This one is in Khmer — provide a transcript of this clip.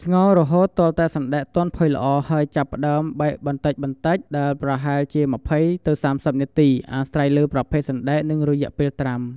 ស្ងោររហូតទាល់តែសណ្ដែកទន់ផុយល្អ ហើយចាប់ផ្ដើមបែកបន្តិចៗ ដែលប្រហែលជា ២០-៣០ នាទី អាស្រ័យលើប្រភេទសណ្ដែក និងរយៈពេលត្រាំ។